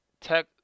tech